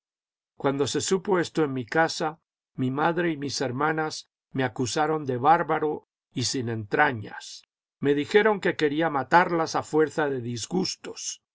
cuando se supo esto en mi casa mi madre y mis hermanas me acusaron de bárbaro y sin entrañas me dijeron que quería matarlas a fuerza de disgustos